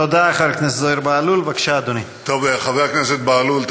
תודה, חבר הכנסת זוהיר בהלול.